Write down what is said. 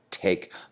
take